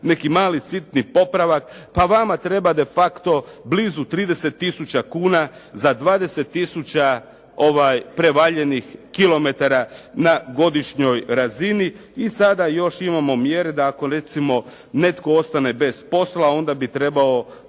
neki mali sitni popravak. Pa vama treba de facto blizu 30 tisuća kuna za 20 tisuća prevaljenih kilometara na godišnjoj razini. I sada još imao mjere da ako recimo netko ostane bez posla, onda bi trebao